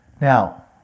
now